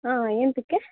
ಹಾಂ ಎಂತಕ್ಕೆ